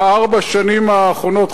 בארבע השנים האחרונות,